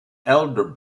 elder